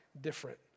different